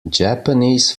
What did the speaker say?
japanese